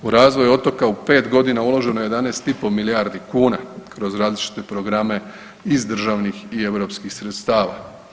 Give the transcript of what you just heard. U razvoj otoka u 5.g. uloženo je 11,5 milijardi kuna kroz različite programe iz državnih i europskih sredstava.